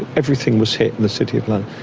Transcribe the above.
everything was hit in the city of london.